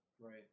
Right